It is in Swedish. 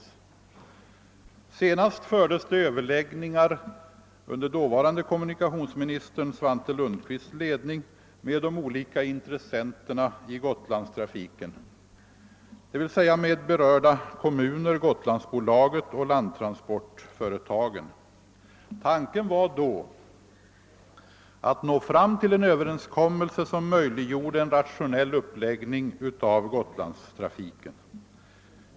Senast hölls överläggningar under den dåvarande kommunikationsministern Svante Lundkvists ledning med de olika intressenterna i Gotlandstrafiken, dvs. med berörda kommuner, Gotlandsbolaget och landtransportföretagen. Tanken var då att nå fram till en överenskommelse som möjliggjorde en rationell uppläggning av Gotlandstrafiken.